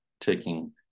taking